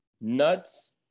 Nuts